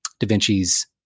DaVinci's